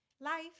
life